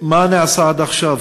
מה נעשה עד עכשיו,